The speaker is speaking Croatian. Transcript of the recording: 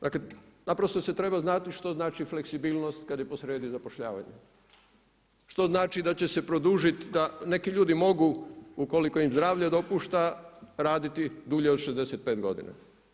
Dakle, naprosto se treba znati što znači fleksibilnost kada je posrijedi zapošljavanje, što znači da će se produžiti da neki ljudi mogu, ukoliko ima zdravlje dopušta, raditi dulje od 65 godina.